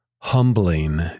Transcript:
humbling